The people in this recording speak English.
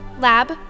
lab